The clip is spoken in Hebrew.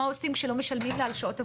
מה עושים כשלא משלמים לה על שעות עבודה,